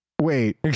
Wait